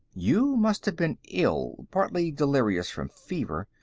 you must have been ill partly delirious from fever.